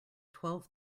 twelve